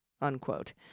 unquote